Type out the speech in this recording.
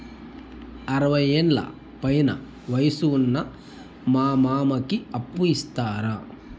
అరవయ్యేండ్ల పైన వయసు ఉన్న మా మామకి అప్పు ఇస్తారా